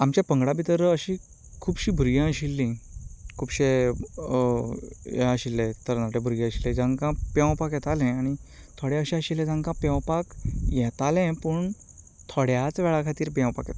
आमच्या पंगडा भितर अशीं खुबशीं भुरगीं आशिल्लीं खुबशे हें आशिल्ले तरनाटे भुरगे आशिल्ले जांकां पेंवपाक येतालें आनी थोडे अशे आशिल्ले जांकां पेंवपाक येतालें पूण थोड्याच वेळा खातीर पेंवपाक येतालें